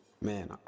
Man